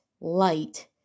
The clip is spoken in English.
light